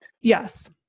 Yes